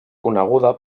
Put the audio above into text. coneguda